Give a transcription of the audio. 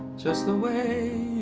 just the way